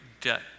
debt